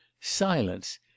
Silence